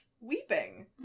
weeping